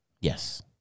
Yes